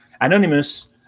anonymous